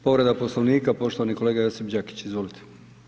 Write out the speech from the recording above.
Povreda Poslovnika, poštovani kolega Josip Đakić, izvolite.